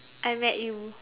I met you